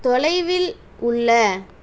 தொலைவில் உள்ள